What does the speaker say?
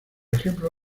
ejemplo